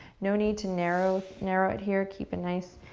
no need to narrow narrow it here. keep a nice,